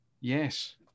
yes